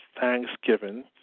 thanksgiving